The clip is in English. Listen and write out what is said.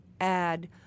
add